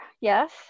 yes